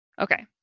Okay